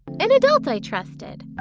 and adult i trusted.